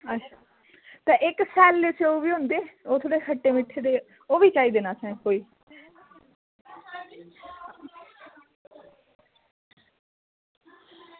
अच्छा इक्क सैल्ले स्यौ बी होंदे ओह् थोह्ड़े खट्टे मिट्ठे ते ओह्बी चाहिदे न असें स्यौ